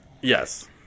Yes